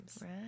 Right